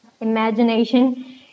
imagination